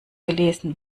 gelesen